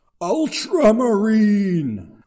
ultramarine